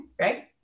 right